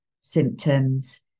symptoms